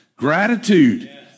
Gratitude